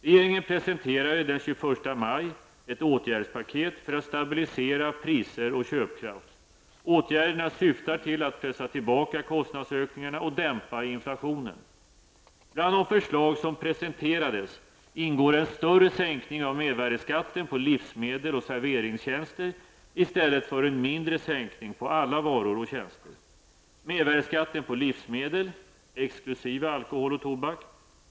Regeringen presenterade den 21 maj ett åtgärdspaket för att stabilisera priser och köpkraft. Åtgärderna syftar till att pressa tillbaka kostnadsökningarna och dämpa inflationen. Bland de förslag som presenterades ingår en större sänkning av mervärdeskatten på livsmedel och serveringstjänster, i stället för en mindre sänkning på alla varor och tjänster. Mervärdeskatten på livsmedel (exkl.